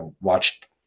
watched